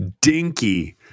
Dinky